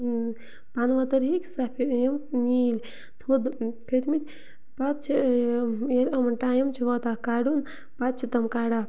پَنہٕ ؤتٕر ہیٚکہِ سفید یِم نیٖلۍ تھوٚد کھٔتۍمٕتۍ پَتہٕ چھِ ییٚلہِ یِمَن ٹایم چھِ واتان کَڑُن پَتہٕ چھِ تِم کَڑان